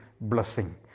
blessing